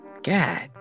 God